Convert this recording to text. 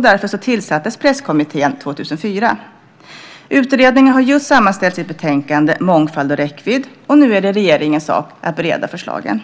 Därför tillsattes Presskommittén 2004. Utredningen har just sammanställt sitt betänkande Mångfald och räckvidd , och nu är det regeringens sak att bereda förslagen.